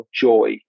joy